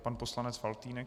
Pan poslanec Faltýnek.